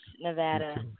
Nevada